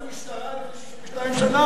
בשביל זה ייסדנו משטרה לפני 62 שנה.